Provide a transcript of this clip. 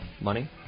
money